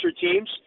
teams